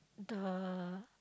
uh